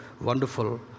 wonderful